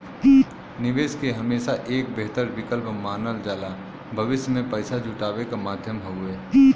निवेश के हमेशा एक बेहतर विकल्प मानल जाला भविष्य में पैसा जुटावे क माध्यम हउवे